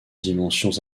dimensions